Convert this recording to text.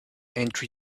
entry